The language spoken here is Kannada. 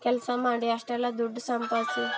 ಕೆಲಸ ಮಾಡಿ ಅಷ್ಟೆಲ್ಲ ದುಡ್ಡು ಸಂಪಾದಿಸಿ